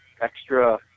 extra